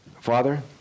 Father